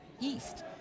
East